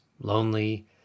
lonely